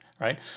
Right